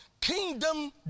kingdom